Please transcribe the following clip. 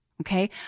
Okay